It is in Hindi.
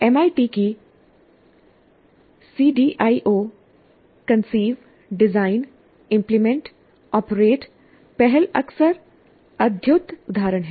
एमआईटी की CDIO conceive design implement operate पहल अक्सर उद्धृत उदाहरण है